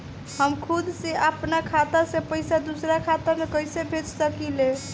हम खुद से अपना खाता से पइसा दूसरा खाता में कइसे भेज सकी ले?